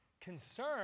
Concern